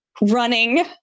running